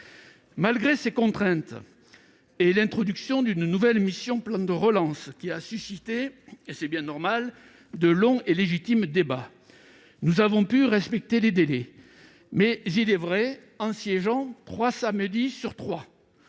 Malgré ces contraintes et l'introduction d'une nouvelle mission « Plan de relance », qui a suscité- et c'est bien normal -de longs et légitimes débats, nous avons pu respecter les délais, mais en siégeant trois samedis sur les